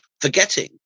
forgetting